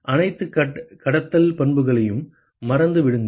அனைத்து கடத்தல் பண்புகளையும் மறந்து விடுங்கள்